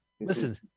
Listen